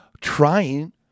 trying